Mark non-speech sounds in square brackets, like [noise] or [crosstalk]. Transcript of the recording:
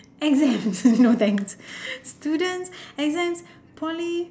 exams [laughs] no thanks students exam poly